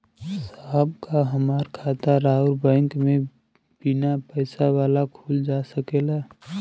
साहब का हमार खाता राऊर बैंक में बीना पैसा वाला खुल जा सकेला?